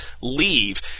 leave